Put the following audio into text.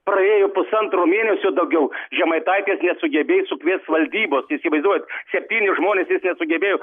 praėjo pusantro mėnesio daugiau žemaitaitis nesugebėjo sukviesti valdybos įsivaizduojat septyni žmonės jis nesugebėjo